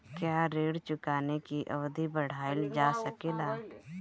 क्या ऋण चुकाने की अवधि बढ़ाईल जा सकेला?